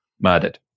murdered